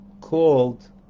called